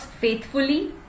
faithfully